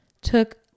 took